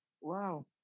wow